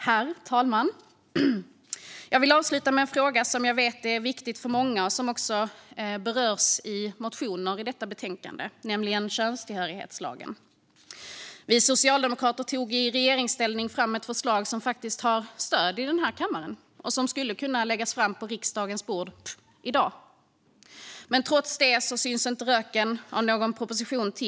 Herr talman! Jag vill avsluta med en fråga som jag vet är viktig för många och som också berörs i motioner i detta betänkande, nämligen könstillhörighetslagen. Vi socialdemokrater tog i regeringsställning fram ett förslag som har stöd i den här kammaren och som skulle kunna läggas på riksdagens bord i dag - men trots det syns inte röken av någon proposition.